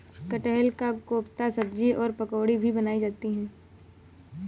कटहल का कोफ्ता सब्जी और पकौड़ी भी बनाई जाती है